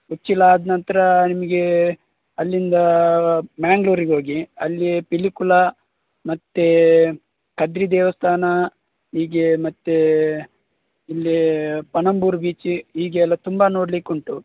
ಉಚ್ಚಿಲ ಆದ ನಂತರ ನಿಮಗೆ ಅಲ್ಲಿಂದ ಮ್ಯಾಂಗ್ಳೂರಿಗೆ ಹೋಗಿ ಅಲ್ಲಿ ಪಿಲಿಕುಳ ಮತ್ತು ಕದ್ರಿ ದೇವಸ್ಥಾನ ಹೀಗೆ ಮತ್ತು ಇಲ್ಲಿ ಪಣಂಬೂರ್ ಬೀಚಿ ಹೀಗೆಲ್ಲ ತುಂಬ ನೋಡಲಿಕ್ಕುಂಟು